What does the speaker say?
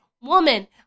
woman